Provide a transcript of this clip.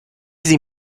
sie